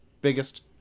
biggest